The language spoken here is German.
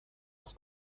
aus